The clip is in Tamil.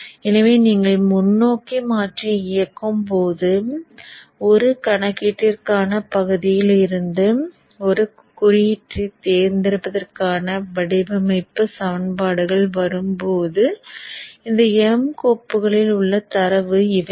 எனவே நீங்கள் முன்னோக்கி மாற்றியை இயக்கும்போது ஒரு கணக்கீட்டிற்கான பகுதியில் இருந்து ஒரு குறியீட்டைத் தேர்ந்தெடுப்பதற்கான வடிவமைப்பு சமன்பாடுகள் வரும்போது இந்த m கோப்புகளில் உள்ள தரவு இவையே